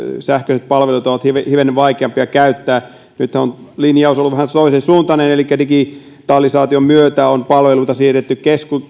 sähköiset palvelut ovat hivenen vaikeampia käyttää nythän on linjaus ollut vähän toisen suuntainen elikkä digitalisaation myötä on palveluita siirretty